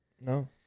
No